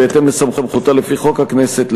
בהתאם לסמכותה לפי חוק הכנסת,